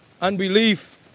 Unbelief